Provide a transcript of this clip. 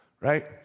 right